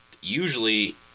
Usually